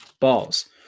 Balls